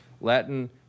Latin